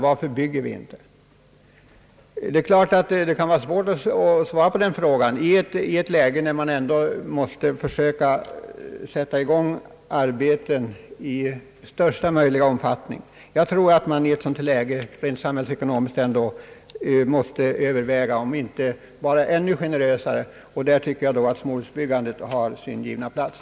Varför bygger vi inte?» Det är klart att det kan vara svårt att svara på den frågan, men i ett läge när man i största möjliga utsträckning måste försöka sätta i gång arbeten tror jag att det från rent samhällsekonomisk synpunkt ändå måste övervägas, om man inte borde vara generösare, och i det sammanhanget tycker jag att småhusbyggandet har sin givna plats.